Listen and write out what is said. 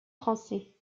français